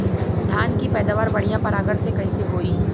धान की पैदावार बढ़िया परागण से कईसे होई?